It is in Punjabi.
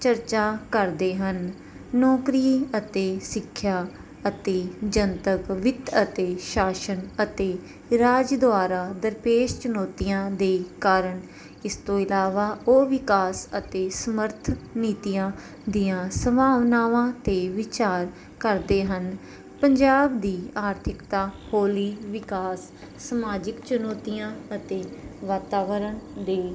ਚਰਚਾ ਕਰਦੇ ਹਨ ਨੌਕਰੀ ਅਤੇ ਸਿੱਖਿਆ ਅਤੇ ਜਨਤਕ ਵਿੱਤ ਅਤੇ ਸ਼ਾਸਨ ਅਤੇ ਰਾਜ ਦੁਆਰਾ ਦਰਪੇਸ਼ ਚੁਣੌਤੀਆਂ ਦੇ ਕਾਰਨ ਇਸ ਤੋਂ ਇਲਾਵਾ ਉਹ ਵਿਕਾਸ ਅਤੇ ਸਮਰਥ ਨੀਤੀਆਂ ਦੀਆਂ ਸੰਭਾਵਨਾਵਾਂ 'ਤੇ ਵਿਚਾਰ ਕਰਦੇ ਹਨ ਪੰਜਾਬ ਦੀ ਆਰਥਿਕਤਾ ਹੌਲੀ ਵਿਕਾਸ ਸਮਾਜਿਕ ਚੁਣੌਤੀਆਂ ਅਤੇ ਵਾਤਾਵਰਣ ਦੀ